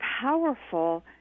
powerful